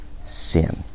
sin